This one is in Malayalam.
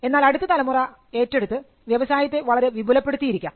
എന്നാൽ അടുത്ത തലമുറ ഏറ്റെടുത്തു വ്യവസായത്തെ വളരെ വിപുലപ്പെടുത്തിയിരിക്കാം